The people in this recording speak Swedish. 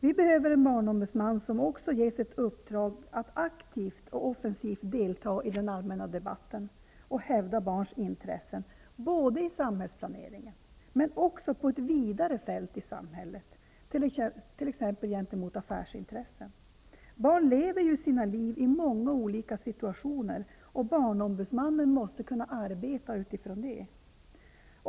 Vi behöver en barnombudsman som också ges ett uppdrag att aktivt och offensivt delta i den allmänna debatten och hävda barns intressen, både i samhällsplaneringen och på ett vidare fält i samhället, t.ex. gentemot affärsintressen. Barn lever sina liv i många olika situationer, och barnombudsmannen måste kunna arbeta utifrån det.